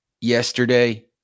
yesterday